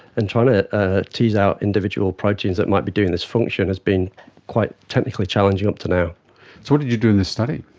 and trying to ah tease out individual proteins that might be doing this function has been quite technically challenging up until now. so what did you do in this study?